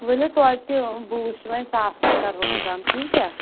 ؤلِو توتہِ بہٕ وٕچھِ وۄنۍ ساس کھنڑ کَرٕ ہو بہٕ کم ٹھیٖک چھا